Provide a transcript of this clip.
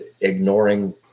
ignoring